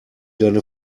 deine